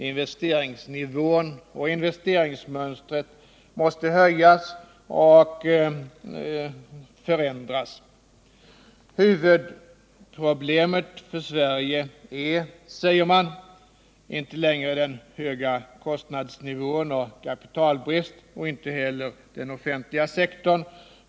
Investeringsnivån och investeringsmönstret måste höjas resp. förändras. Huvudproblemet för Sverige är, säger man, inte längre den höga kostnadsnivån och kapitalbrist och inte heller den offentliga sektorn.